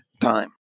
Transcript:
time